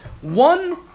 one